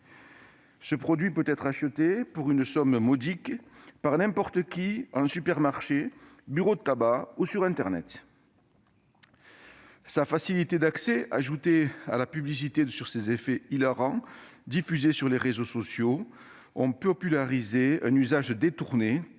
Ce produit peut être acheté, pour une somme modique, par n'importe qui, en supermarché, bureau de tabac ou sur internet. Sa facilité d'accès, ajoutée à la publicité sur ses effets hilarants diffusée sur les réseaux sociaux, a popularisé son usage détourné